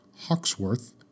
Hawksworth